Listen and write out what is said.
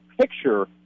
picture